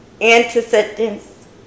antecedents